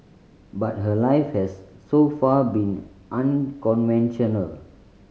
but her life has so far been unconventional